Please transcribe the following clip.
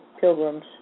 pilgrims